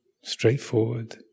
straightforward